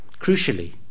Crucially